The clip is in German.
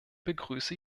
begrüße